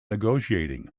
negotiating